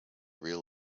real